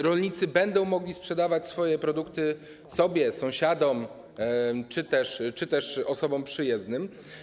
Rolnicy będą mogli sprzedawać swoje produkty sobie, sąsiadom czy też osobom przyjezdnym.